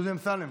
לדודי אמסלם.